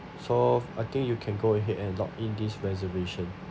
so I think you can go ahead and lock in this reservation